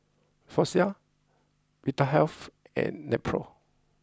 Floxia Vitahealth and Nepro